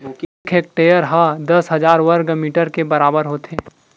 एक हेक्टेअर हा दस हजार वर्ग मीटर के बराबर होथे